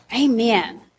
Amen